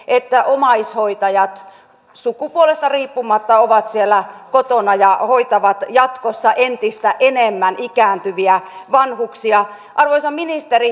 että omaishoitajat sukupuolesta riippumatta motivaatiota juurtua suomeen ja hoitavat jatkossa entistä enemmän ikääntyviä vanhuksia arvoisa ministeri